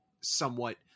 somewhat